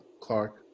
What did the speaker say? Clark